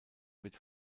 wird